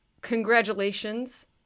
Congratulations